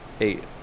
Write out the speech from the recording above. eight